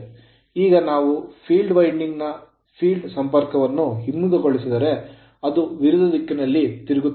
ಈಗ ನಾವು field winding field winding ನ field ಫೀಲ್ಡ್ ಸಂಪರ್ಕವನ್ನು ಹಿಮ್ಮುಖಗೊಳಿಸಿದರೆ ಅದು ವಿರುದ್ಧ ದಿಕ್ಕಿನಲ್ಲಿ ತಿರುಗುತ್ತದೆ